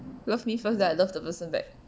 love me first I love the person that